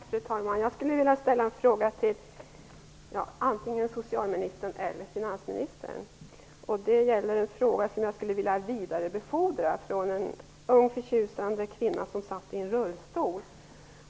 Fru talman! Jag skulle vilja ställa en fråga till antingen socialministern eller finansministern. Jag skulle vilja vidarebefordra den från en ung och förtjusande kvinna, som sitter i rullstol.